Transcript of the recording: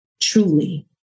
truly